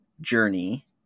Journey